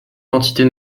quantités